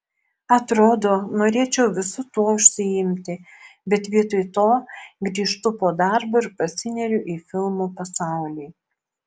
atrodo norėčiau visu tuo užsiimti bet vietoj to grįžtu po darbo ir pasineriu į filmų pasaulį